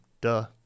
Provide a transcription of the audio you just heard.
duh